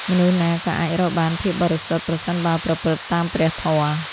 មនុស្សណាក៏អាចរកបានភាពបរិសុទ្ធ ប្រសិនបើប្រព្រឹត្តតាមព្រះធម៌។